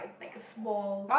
like small